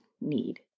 need